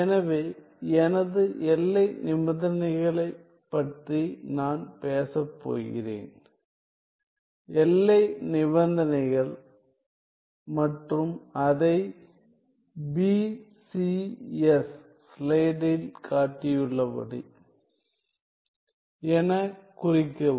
எனவே எனது எல்லை நிபந்தனைகளைப் பற்றி நான் பேசப்போகிறேன் எல்லை நிபந்தனைகள் மற்றும் அதை B C S ஸ்லைடில் காட்டப்பட்டுள்ளபடி எனக் குறிக்கவும்